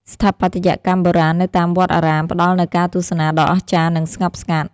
ស្ថាបត្យកម្មបុរាណនៅតាមវត្តអារាម ផ្តល់នូវការទស្សនាដ៏អស្ចារ្យ និងស្ងប់ស្ងាត់។